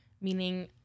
meaning